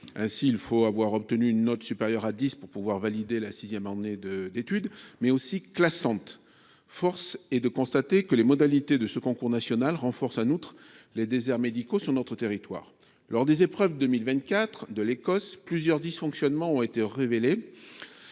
– il faut avoir obtenu une note supérieure à dix pour pouvoir valider la sixième année d’études –, mais aussi classante. Force est de constater que les modalités de ce concours national renforcent les déserts médicaux sur notre territoire. En 2024, lors des épreuves de l’Ecos, plusieurs dysfonctionnements ont été révélés